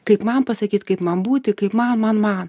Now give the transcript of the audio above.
kaip man pasakyt kaip man būti kaip man man man